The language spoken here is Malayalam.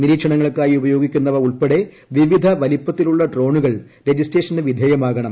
നിരീക്ഷണ ങ്ങൾക്കായി ഉപയോഗിക്കുന്നവ ഉൾപ്പെടെ വിവിധ വലിപ്പത്തി ലുള്ള ഡ്രോണുകൾ രജിസ്ട്രേഷന് വിധ്യേയമാകണം